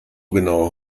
genau